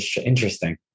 interesting